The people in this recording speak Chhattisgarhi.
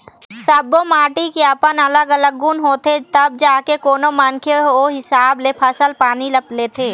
सब्बो माटी के अपन अलग अलग गुन होथे तब जाके कोनो मनखे ओ हिसाब ले फसल पानी ल लेथे